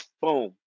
boom